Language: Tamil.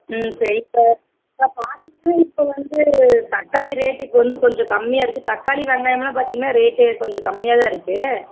ம் சரி இப்போ இப்போ பார்த்திங்கனா இப்போ வந்து தக்காளி ரேட்டு இப்போ வந்து கொஞ்சம் கம்மியாக இருக்கு தக்காளி வெங்காயம் எல்லாம் பார்த்திங்கன்னா ரேட்டு கொஞ்சம் கம்மியாக தான் இருக்கு